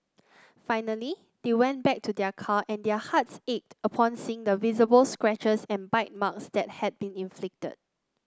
finally they went back to their car and their hearts ached upon seeing the visible scratches and bite marks that had been inflicted